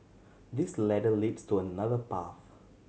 this ladder leads to another path